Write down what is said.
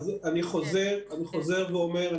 אני חוזר ואומר,